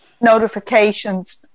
notifications